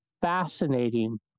fascinating